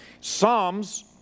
psalms